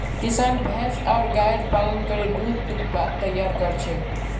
किसान भैंस आर गायर पालन करे दूध उत्पाद तैयार कर छेक